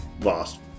lost